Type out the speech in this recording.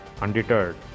Undeterred